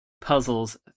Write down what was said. puzzles